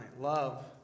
Love